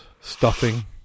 stuffing